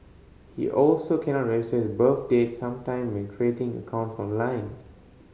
he also cannot register birth date sometime when creating accounts online